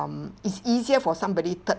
um it's easier for somebody third